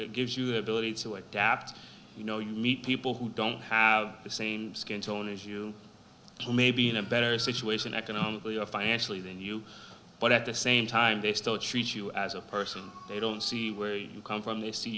it gives you the ability to adapt you know you meet people who don't have the same skin tone as you do maybe in a better situation economically or financially than you but at the same time they still treat you as a person they don't see where you come from they see